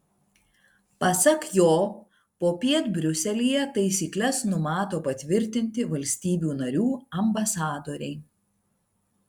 pasak jo popiet briuselyje taisykles numato patvirtinti valstybių narių ambasadoriai